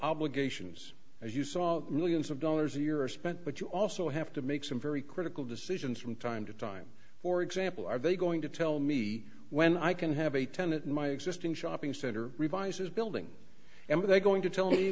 obligations as you saw millions of dollars a year are spent but you also have to make some very critical decisions from time to time for example are they going to tell me when i can have a tenant in my existing shopping center revises building and are they going to tell me